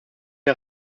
der